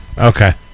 Okay